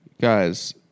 Guys